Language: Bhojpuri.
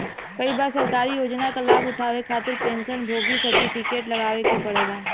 कई बार सरकारी योजना क लाभ उठावे खातिर पेंशन भोगी सर्टिफिकेट लगावे क पड़ेला